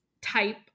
type